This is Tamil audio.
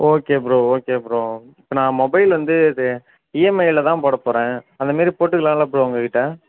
ஓகே ப்ரோ ஓகே ப்ரோ இப்போ நான் மொபைல் வந்து இது இஎம்ஐயில் தான் போடப் போகிறேன் அந்த மாதிரி போட்டுக்கலாம்ல ப்ரோ உங்ககிட்டே